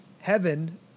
heaven